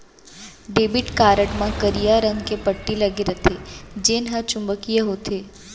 debit card म करिया रंग के पट्टी लगे रथे जेन हर चुंबकीय होथे